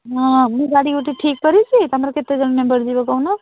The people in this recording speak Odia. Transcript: ହଁ ମୁଁ ଗାଡ଼ି ଗୋଟିଏ ଠିକ୍ କରିଛି ତୁମର କେତେ ଜଣ ମେମ୍ବର୍ ଯିବ କହୁନ